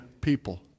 people